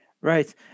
right